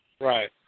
Right